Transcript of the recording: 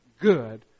good